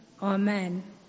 Amen